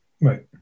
Right